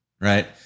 Right